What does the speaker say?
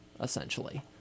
essentially